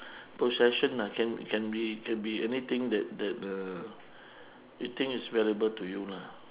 possession ah can can be can be anything that that uh you think is valuable to you lah